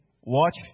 watch